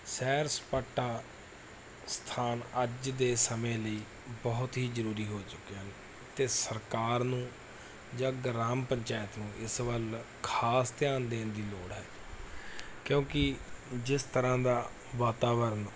ਸੈਰ ਸਪਾਟਾ ਸਥਾਨ ਅੱਜ ਦੇ ਸਮੇਂ ਲਈ ਬਹੁਤ ਹੀ ਜ਼ਰੂਰੀ ਹੋ ਚੁੱਕੇ ਹਨ ਅਤੇ ਸਰਕਾਰ ਨੂੰ ਜਾਂ ਗ੍ਰਾਮ ਪੰਚਾਇਤ ਨੂੰ ਇਸ ਵੱਲ ਖ਼ਾਸ ਧਿਆਨ ਦੇਣ ਦੀ ਲੋੜ ਹੈ ਕਿਉਂਕਿ ਜਿਸ ਤਰ੍ਹਾਂ ਦਾ ਵਾਤਾਵਰਨ